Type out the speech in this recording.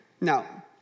Now